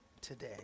today